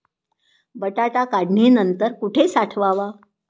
बटाटा काढणी नंतर कुठे साठवावा?